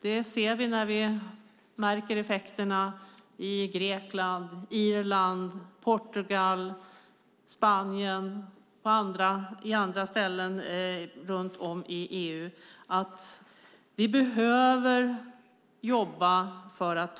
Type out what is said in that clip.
Vi märker effekterna i Grekland, Irland, Portugal, Spanien och på andra ställen runt om i EU. Vi behöver jobba